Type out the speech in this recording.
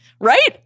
right